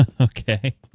Okay